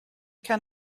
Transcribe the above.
can